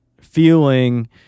feeling